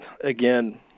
again